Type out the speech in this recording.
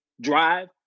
drive